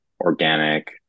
organic